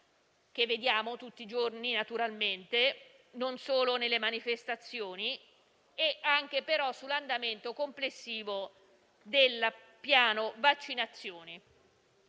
che vediamo tutti i giorni, naturalmente, non solo nelle manifestazioni, ma anche sull'andamento complessivo del piano vaccinale.